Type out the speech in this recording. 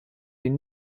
den